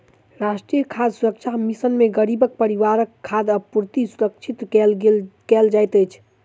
राष्ट्रीय खाद्य सुरक्षा मिशन में गरीब परिवारक खाद्य पूर्ति सुरक्षित कयल जाइत अछि